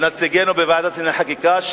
נציגינו בוועדת שרים לענייני חקיקה,